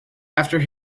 after